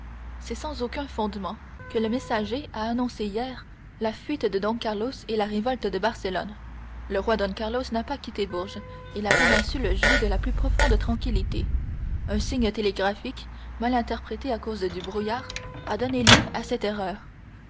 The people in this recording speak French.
c'est sans aucun fondement que le messager a annoncé hier la fuite de don carlos et la révolte de barcelone le roi don carlos n'a pas quitté bourges et la péninsule jouit de la plus profonde tranquillité un signe télégraphique mal interprété à cause du brouillard a donné lieu à cette erreur